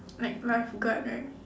like lifeguard right